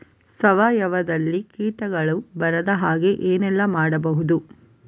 ಸಾವಯವದಲ್ಲಿ ಕೀಟಗಳು ಬರದ ಹಾಗೆ ಏನೆಲ್ಲ ಮಾಡಬಹುದು?